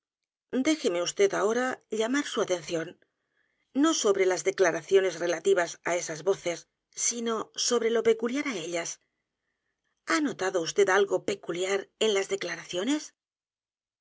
déjeme vd ahora llamar su atención no sobre las declaraciones relativas á esas voces sino sobre lo peculiar á ellas ha notado vd algo peculiar en las declaraciones